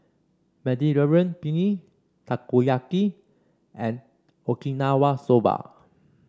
Mediterranean Penne Takoyaki and Okinawa Soba